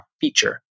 feature